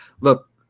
Look